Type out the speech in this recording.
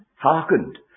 hearkened